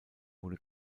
wurde